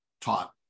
taught